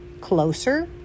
closer